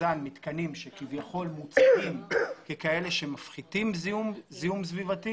לבז"ן מתקנים שכביכול מוצגים ככאלה שמפחיתים זיהום סביבתי